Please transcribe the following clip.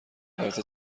البته